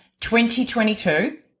2022